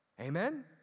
Amen